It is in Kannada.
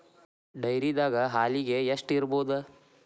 ಡೈರಿದಾಗ ಹಾಲಿಗೆ ಎಷ್ಟು ಇರ್ಬೋದ್?